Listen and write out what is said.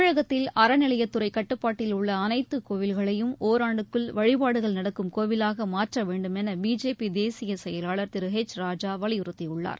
தமிழகத்தில் அறநிலையத்துறை கட்டுப்பாட்டில் உள்ள அனைத்து கோவில்களையும் ஓராண்டுக்குள் வழிபாடுகள் நடக்கும் கோவிலாக மாற்ற வேண்டுமௌ பிஜேபி தேசிய செயலாளர் திரு எச் ராஜா வலியுறுத்தியுள்ளார்